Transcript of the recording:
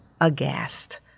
aghast